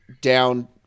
down